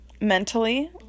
mentally